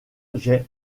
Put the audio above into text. jay